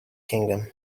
kingdom